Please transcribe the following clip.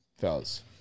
fellas